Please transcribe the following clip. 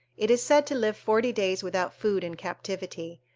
it is said to live forty days without food in captivity,